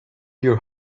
your